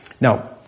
Now